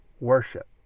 worship